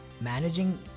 managing